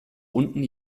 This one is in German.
unten